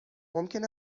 ممکن